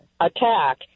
attack